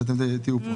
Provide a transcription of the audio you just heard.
שאתם תהיו כאן.